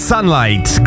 Sunlight